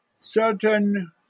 certain